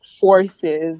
forces